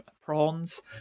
prawns